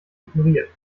ignoriert